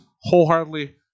Wholeheartedly